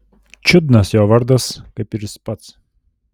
čiudnas jo vardas kaip ir jis pats